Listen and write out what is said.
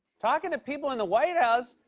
talking to people in the white house?